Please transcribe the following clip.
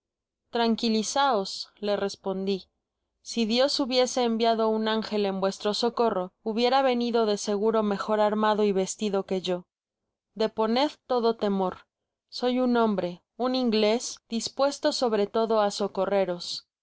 tranquilizaos le respondi si dios hubiese enviado un ángel en vuestro socorro hubiera venido de seguro mejor armado y vestido que yo deponed todo temor soy un hombre un ingles dispuesto sobre todo á socorreros